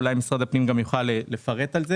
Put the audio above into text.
ואולי משרד הפנים יוכל לפרט על זה.